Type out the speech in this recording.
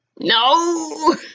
No